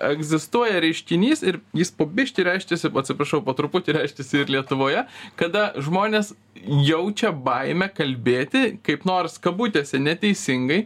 egzistuoja reiškinys ir jis po biškį reiškiasi atsiprašau po truputį reiškiasi ir lietuvoje kada žmonės jaučia baimę kalbėti kaip nors kabutėse neteisingai